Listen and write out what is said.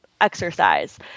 exercise